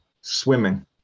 Swimming